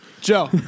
Joe